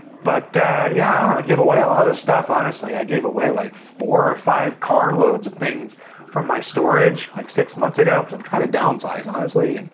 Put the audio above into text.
but yeah, i give away a lot of the stuff honestly. i gave away like four five car loads of things from my storage like, six months ago, cause i'm trying to downsize honestly. and